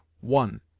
One